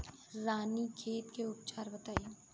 रानीखेत के उपचार बताई?